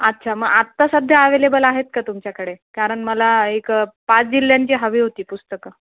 अच्छा मग आत्ता सध्या अवेलेबल आहेत का तुमच्याकडे कारण मला एक पाच जिल्ह्यांची हवी होती पुस्तकं